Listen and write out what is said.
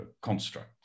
construct